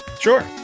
Sure